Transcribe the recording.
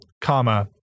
comma